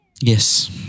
Yes